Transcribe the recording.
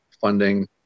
funding